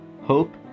hope